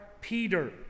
Peter